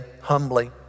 humbly